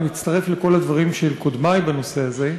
אני מצטרף לכל הדברים של קודמי בנושא הזה,